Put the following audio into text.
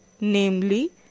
namely